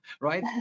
right